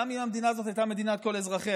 גם אם המדינה הזאת הייתה מדינת כל אזרחיה,